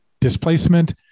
displacement